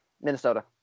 Minnesota